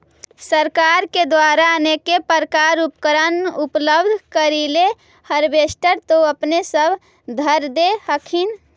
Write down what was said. सरकार के द्वारा अनेको प्रकार उपकरण उपलब्ध करिले हारबेसटर तो अपने सब धरदे हखिन?